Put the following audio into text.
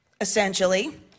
essentially